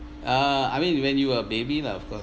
uh I mean when you were a baby lah of course